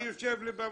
אתה יושב לי במרום.